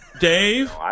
Dave